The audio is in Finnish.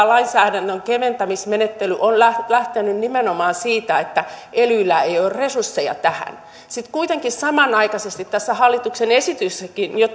lainsäädännön keventämismenettely on lähtenyt nimenomaan siitä että elyillä ei ole resursseja tähän sitten kuitenkin samanaikaisesti tässä hallituksen esityksessäkin jo